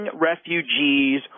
refugees